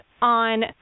on